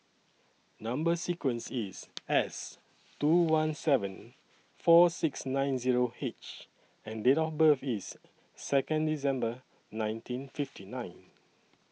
Number sequence IS S two one seven four six nine Zero H and Date of birth IS Second December nineteen fifty nine